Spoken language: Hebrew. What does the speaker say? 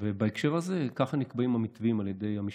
ובהקשר הזה ככה נקבעים המתווים על ידי המשטרה,